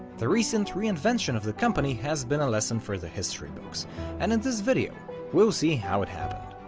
the recent reinvention of the company has been a lesson for the history books and in this video we'll see how it happened.